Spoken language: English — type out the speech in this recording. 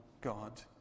God